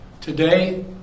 Today